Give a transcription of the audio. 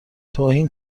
توهین